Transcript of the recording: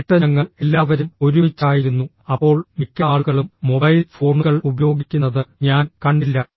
8 ഞങ്ങൾ എല്ലാവരും ഒരുമിച്ചായിരുന്നു അപ്പോൾ മിക്ക ആളുകളും മൊബൈൽ ഫോണുകൾ ഉപയോഗിക്കുന്നത് ഞാൻ കണ്ടില്ല